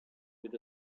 with